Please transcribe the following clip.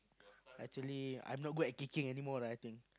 actually I'm not good at kicking anymore lah I think